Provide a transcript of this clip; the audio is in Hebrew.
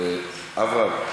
אברהם,